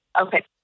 Okay